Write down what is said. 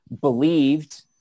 believed